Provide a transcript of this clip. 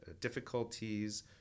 difficulties